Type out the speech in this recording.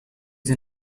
you